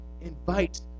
invite